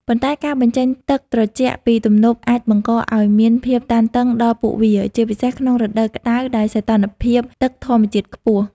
ប៉ុន្តែការបញ្ចេញទឹកត្រជាក់ពីទំនប់អាចបង្កឱ្យមានភាពតានតឹងដល់ពួកវា ជាពិសេសក្នុងរដូវក្តៅដែលសីតុណ្ហភាពទឹកធម្មជាតិខ្ពស់។